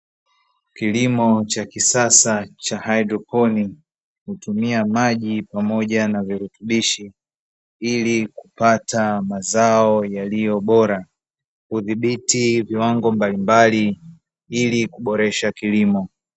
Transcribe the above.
Kilimo cha kisasa cha haidroponic hutumia maji pamoja na virutubishi ili kupata mazao yaliyobora. Kuthibiti viwango mbalimbali ili kuboresha kilimo.